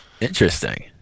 interesting